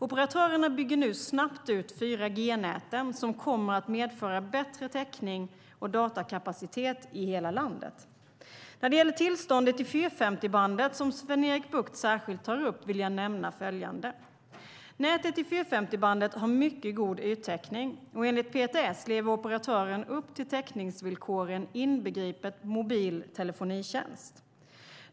Operatörerna bygger nu snabbt ut 4G-näten, som kommer att medföra bättre täckning och datakapacitet i hela landet. När det gäller tillståndet i 450-megahertzbandet, som Sven-Erik Bucht särskilt tar upp, vill jag nämna följande. Nätet i 450-megahertzbandet har mycket god yttäckning, och enligt PTS lever operatören upp till täckningsvillkoren inbegripet mobil telefonitjänst.